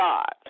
God